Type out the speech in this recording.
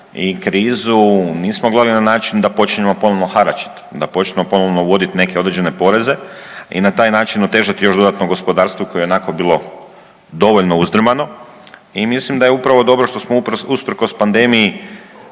i krizu nismo gledali na način da počnemo ponovno haračit, da počnemo ponovno uvodit neke određene poreze i na taj način otežati još dodatno gospodarstvo koje je i onako bilo dovoljno uzdrmano i mislim da je upravo dobro što smo usprkos pandemiji,